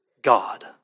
God